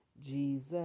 Jesus